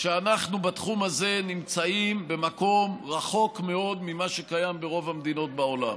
שאנחנו בתחום הזה נמצאים במקום רחוק מאוד ממה שקיים ברוב המדינות בעולם.